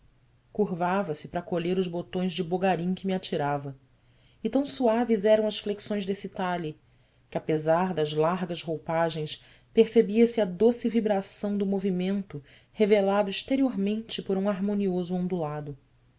curvava-se para colher os botões de bogarim que me atirava e tão suaves eram as flexões desse talhe que apesar das largas roupagens percebia se a doce vibração do movimento revelado exteriormente por um harmonioso ondulado